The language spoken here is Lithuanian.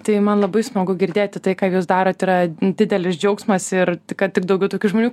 tai man labai smagu girdėti tai ką jūs darot yra didelis džiaugsmas ir kad tik daugiau tokių žmonių